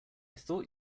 thought